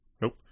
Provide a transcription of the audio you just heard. Nope